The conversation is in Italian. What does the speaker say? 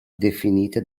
definite